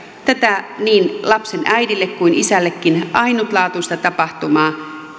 tätä niin lapsen äidille kuin isällekin ainutlaatuista tapahtumaa